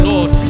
Lord